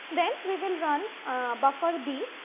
then we will run buffer b.